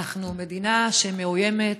אנחנו מדינה שמאוימת,